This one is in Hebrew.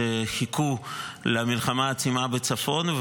שבה חיכו למלחמה העצימה בצפון,